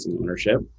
ownership